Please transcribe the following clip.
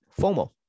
FOMO